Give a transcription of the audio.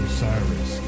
Osiris